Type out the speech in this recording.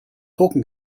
talking